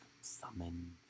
summon